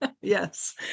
Yes